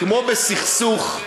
כמו בסכסוך,